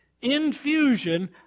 Infusion